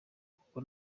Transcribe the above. kuko